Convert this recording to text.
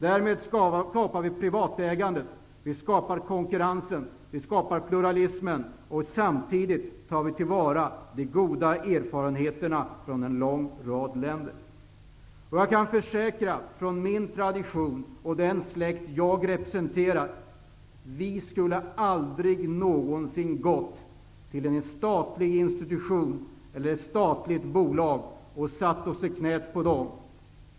Därmed skapar vi privat ägande, konkurrens och pluralism och tar till vara de goda erfarenheterna från en lång rad länder. Jag kan försäkra, utifrån min tradition och den släkt jag representerar, att vi aldrig någonsin skulle ha satt oss i knä på en statlig institution eller ett statligt bolag.